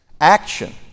action